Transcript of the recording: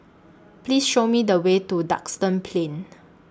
Please Show Me The Way to Duxton Plain